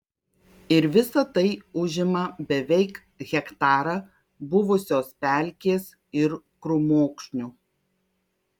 ir visa tai užima beveik hektarą buvusios pelkės ir krūmokšnių